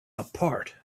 apart